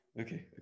okay